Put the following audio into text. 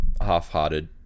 half-hearted